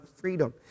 freedom